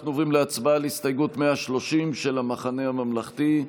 אנחנו עוברים להצבעה על הסתייגות 130 של המחנה הממלכתי.